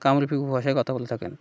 কামরূপী ভাষায় কথা বলে থাকেন